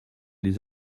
les